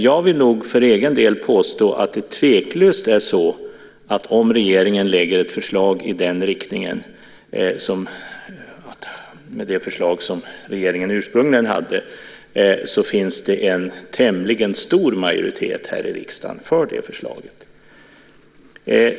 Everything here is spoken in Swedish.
Jag vill nog för egen del påstå att om regeringen lägger fram ett förslag i den riktningen, som det förslag som regeringen ursprungligen hade, så finns det tveklöst en tämligen stor majoritet här i riksdagen för det förslaget.